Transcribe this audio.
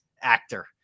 actor